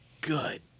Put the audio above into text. good